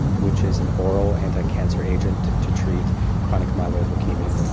which is an oral anticancer agent to treat chronic myeloid leukaemia,